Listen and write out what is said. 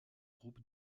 groupe